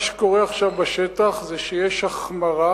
מה שקורה עכשיו בשטח זה שיש החמרה,